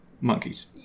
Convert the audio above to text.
monkeys